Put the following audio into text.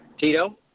Tito